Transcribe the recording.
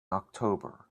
october